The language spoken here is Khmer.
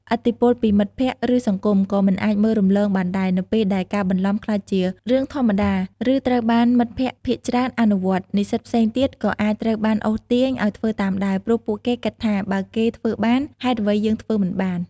ឥទ្ធិពលពីមិត្តភក្តិ ឬសង្គម ក៏មិនអាចមើលរំលងបានដែរ នៅពេលដែលការបន្លំក្លាយជារឿងធម្មតា ឬត្រូវបានមិត្តភក្តិភាគច្រើនអនុវត្ត និស្សិតផ្សេងទៀតក៏អាចត្រូវបានអូសទាញឱ្យធ្វើតាមដែរ ព្រោះពួកគេគិតថា "បើគេធ្វើបាន ហេតុអ្វីយើងមិនបាន?"។